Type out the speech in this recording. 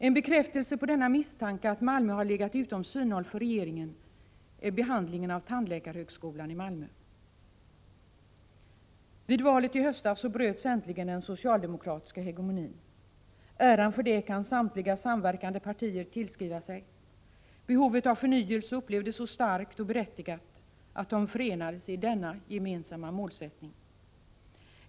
En bekräftelse på att misstanken att Malmö har legat utom synhåll för regeringen är välgrundad är behandlingen av tandläkarhögskolan i Malmö. Vid valet i höstas bröts äntligen den socialdemokratiska hegemonin. Äran för det kan samtliga samverkande partier tillskriva sig. Behovet av förnyelse upplevdes så starkt och var så berättigat att de förenades i denna gemensamma målsättning.